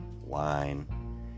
wine